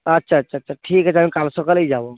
আচ্ছা আচ্ছা আচ্ছা ঠিক আছে আমি কাল সকালেই যাবো